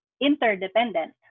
interdependent